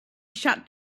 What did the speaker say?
shut